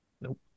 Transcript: nope